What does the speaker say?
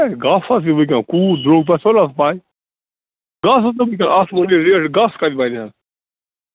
ہے گاسہٕ حظ چھِ ؤنکٮ۪ن کوٗت درٛۅگ تۄہہِ چھَو نا حظ پےَ گاسَس نہٕ وُنکٮ۪س اتھ لگوٕ ریٹ گاسہٕ کَتہِ بَنہِ حظ